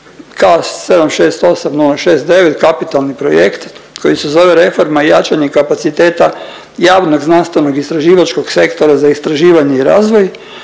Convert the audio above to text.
768069 kapitalni projekt koji se zove reforma i jačanje kapaciteta javnog znanstvenog istraživačkog sektora za istraživanje i razvoj